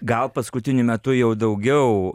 gal paskutiniu metu jau daugiau